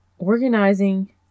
Organizing